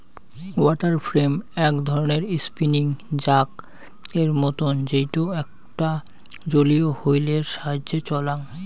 water frame এক ধরণের spinning জাক এর মতন যেইটো এইকটা জলীয় হুইল এর সাহায্যে চলাং